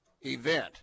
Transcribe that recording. event